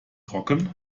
trocken